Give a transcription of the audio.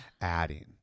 adding